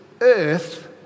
earth